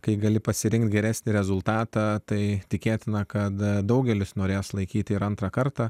kai gali pasirinkti geresnį rezultatą tai tikėtina kad daugelis norės laikyti ir antrą kartą